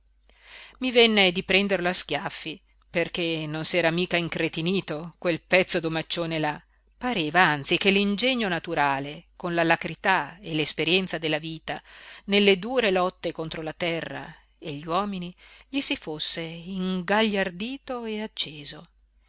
i venne di prenderlo a schiaffi perché non s'era mica incretinito quel pezzo d'omaccione là pareva anzi che l'ingegno naturale con l'alacrità e l'esperienza della vita nelle dure lotte contro la terra e gli uomini gli si fosse ingagliardito e acceso